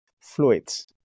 fluids